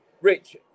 Rich